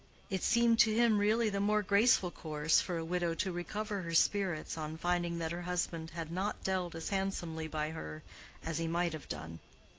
it seemed to him really the more graceful course for a widow to recover her spirits on finding that her husband had not dealt as handsomely by her as he might have done